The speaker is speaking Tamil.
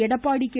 எடப்பாடி கே